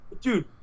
dude